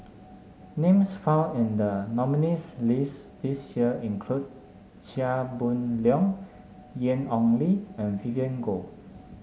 names found in the nominees' list this year include Chia Boon Leong Yan Ong Li and Vivien Goh